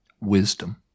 Wisdom